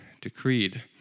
decreed